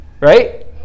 Right